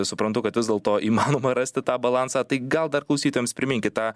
suprantu kad vis dėlto įmanoma rasti tą balansą tai gal dar klausytojams priminkit tą